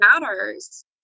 matters